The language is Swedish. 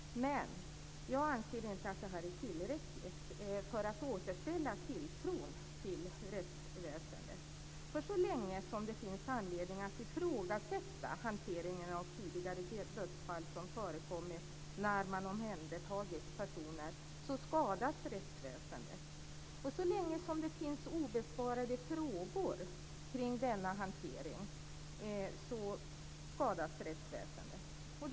Men jag anser inte att det är tillräckligt för att återställa tilltron till rättsväsendet. Så länge som det finns anledning att ifrågasätta hanteringen av tidigare dödsfall som förekommit när man har omhändertagit personer skadas rättsväsendet. Och så länge som det finns obesvarade frågor kring denna hantering så skadas rättsväsendet.